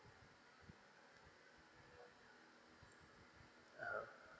(uh huh)